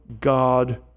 God